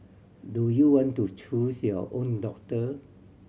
do you want to choose your own doctor